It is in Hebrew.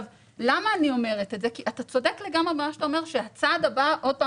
אני אומרת את זה כי אתה צודק לגמרי במה שאתה אומר שהצעד הבא שוב,